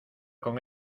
con